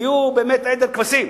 נהיו, באמת, עדר כבשים.